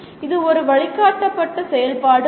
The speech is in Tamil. இது ஒரு வழிகாட்டப்பட்ட செயல்பாடு அல்ல